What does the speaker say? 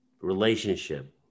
relationship